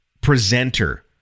presenter